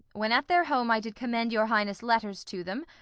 when at their home i did commend your highness' letters to them,